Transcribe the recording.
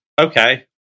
okay